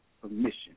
permission